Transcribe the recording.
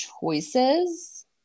choices